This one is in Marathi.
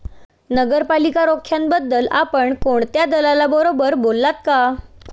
नगरपालिका रोख्यांबद्दल आपण कोणत्या दलालाबरोबर बोललात का?